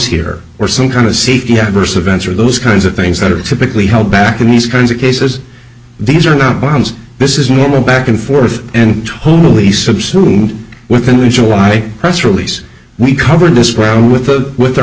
here or some kind of seeking adverse events or those kinds of things that are typically held back in these kinds of cases these are not bombs this is a normal back and forth and homilies subsume within in july press release we covered this around with the with our